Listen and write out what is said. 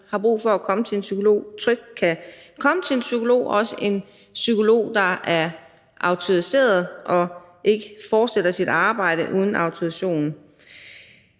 har brug for at komme til en psykolog, trygt kan komme til en psykolog, også en psykolog, der er autoriseret og ikke fortsætter sit arbejde uden autorisationen.